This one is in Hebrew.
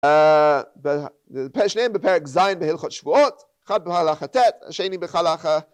שניהם בפרק זין בהלכות שבועות, אחד בהלכת טית השני בהלכה